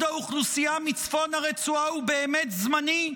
האוכלוסייה מצפון הרצועה הוא באמת זמני,